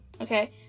okay